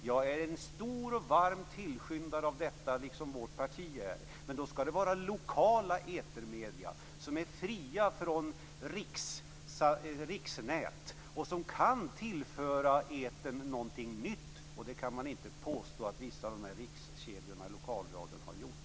Jag är en stor och varm tillskyndare av detta, liksom mitt parti är, men då skall det vara lokala etermedier som är fria från riksnät och som kan tillföra etern någonting nytt. Det kan man inte påstå att vissa av rikskedjorna i lokalradion har gjort.